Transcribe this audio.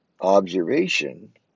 observation